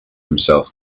himself